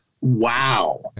wow